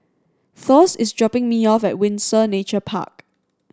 Thos is dropping me off at Windsor Nature Park